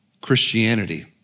Christianity